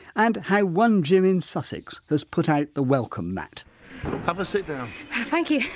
and how one gym in sussex has put out the welcome mat have a sit down thank you.